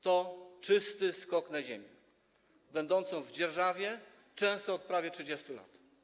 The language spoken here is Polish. To czysty skok na ziemię będącą w dzierżawie, często od prawie 30 lat.